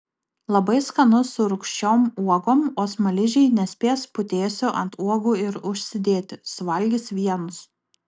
labai skanu su rūgščiom uogom o smaližiai nespės putėsių ant uogų ir užsidėti suvalgys vienus